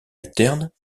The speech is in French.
alternes